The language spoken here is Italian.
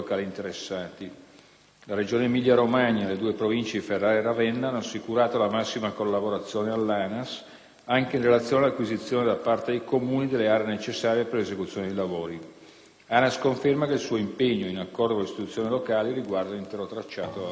La Regione Emilia-Romagna e le due Province di Ferrara e di Ravenna hanno assicurato la massima collaborazione all'ANAS, anche in relazione all'acquisizione da parte dei Comuni delle aree necessarie per l'esecuzione dei lavori. ANAS conferma che il suo impegno, in accordo con le istituzioni locali, riguarda l'intero tracciato della Romea.